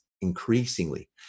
increasingly